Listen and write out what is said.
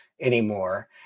anymore